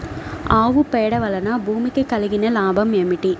ఆవు పేడ వలన భూమికి కలిగిన లాభం ఏమిటి?